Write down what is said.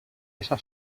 essa